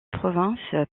province